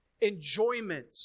enjoyment